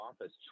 Office